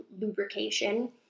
lubrication